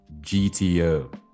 GTO